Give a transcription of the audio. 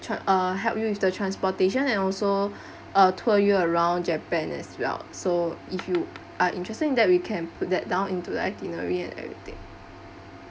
tran~ uh help you with the transportation and also uh tour you around japan as well so if you are interested in that we can put that down into the itinerary and everything